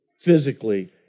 physically